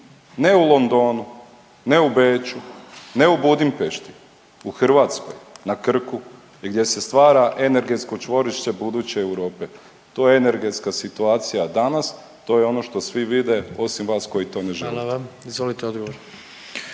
ne u Londonu, ne u Beču, ne u Budimpešti, u Hrvatskoj na Krku, gdje se stvara energetsko čvorište buduće Europe. To je energetska situacija danas, to je ono što svi vide osim vas koji to ne želite.